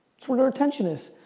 sort of attention is.